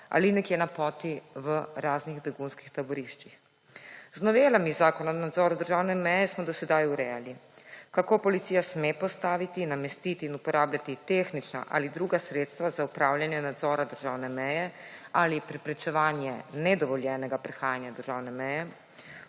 ali nekje na poti v raznih begunskih taboriščih. Z novelami Zakona o nadzoru državne meje smo do sedaj urejali kako policija sme postaviti, namestiti in uporabiti tehnična ali druga sredstva za opravljanje nadzora meje državne meje ali preprečevanje nedovoljenega prehajanja državne meje